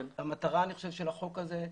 אני חושב שהמטרה של החוק הזה,